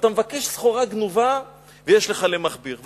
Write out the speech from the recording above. ואתה מבקש סחורה גנובה ויש לך למכביר.